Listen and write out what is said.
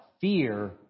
fear